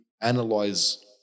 analyze